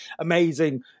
amazing